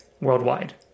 worldwide